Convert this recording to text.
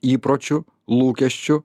įpročių lūkesčių